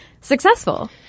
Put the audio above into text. Successful